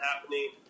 happening